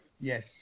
Yes